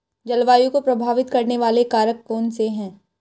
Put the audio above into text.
जलवायु को प्रभावित करने वाले कारक कौनसे हैं?